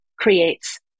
creates